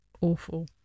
Awful